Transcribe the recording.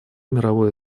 мировое